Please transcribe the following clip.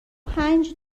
پنج